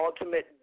ultimate